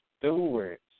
stewards